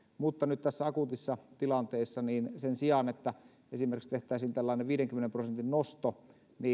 mutta nyt tässä akuutissa tilanteessa sen sijaan että esimerkiksi tehtäisiin tällainen viidenkymmenen prosentin nosto